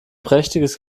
prächtiges